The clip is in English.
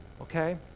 okay